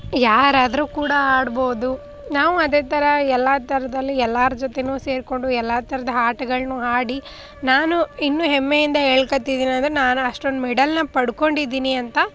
ಯಾರಾದರೂ ಕೂಡ ಆಡ್ಬೋದು ನಾವು ಅದೇ ಥರ ಎಲ್ಲ ಥರದಲ್ಲಿ ಎಲ್ಲರ ಜೊತೆಯೂ ಸೇರಿಕೊಂಡು ಎಲ್ಲ ಥರದ ಆಟಗಳನ್ನೂ ಆಡಿ ನಾನು ಇನ್ನೂ ಹೆಮ್ಮೆಯಿಂದ ಹೇಳ್ಕೊಳ್ತಿದ್ದೀನೆಂದ್ರೆ ನಾನು ಅಷ್ಟೊಂದು ಮೆಡಲ್ನ ಪಡ್ಕೊಂಡಿದ್ದೀನಿ ಅಂತ